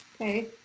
Okay